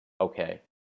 okay